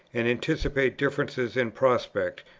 and anticipate differences in prospect,